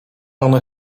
one